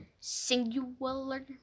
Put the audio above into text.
singular